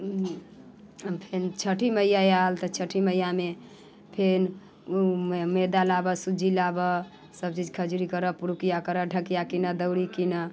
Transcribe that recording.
फेन छठि मैयाँ आयल तऽ छठि मैयाँमे फेन मैदा लाबऽ सूज्जी लाबऽ सब चीज खजूरी करऽ पिरुकिया करऽ ढकिया कीनऽ दौरी कीनऽ